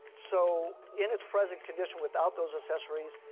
so in its present condition without those accessories,